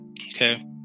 okay